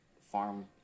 farm